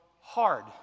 hard